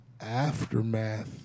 Aftermath